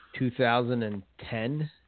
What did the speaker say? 2010